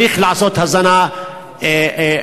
צריך לעשות הזנה בכוח,